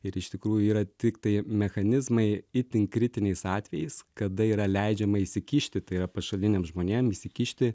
ir iš tikrųjų yra tiktai mechanizmai itin kritiniais atvejais kada yra leidžiama įsikišti tai yra pašaliniam žmonėm įsikišti